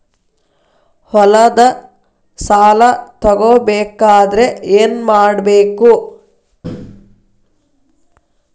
ಹೊಲದ ಸಾಲ ತಗೋಬೇಕಾದ್ರೆ ಏನ್ಮಾಡಬೇಕು?